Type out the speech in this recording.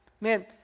Man